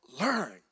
learn